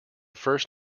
first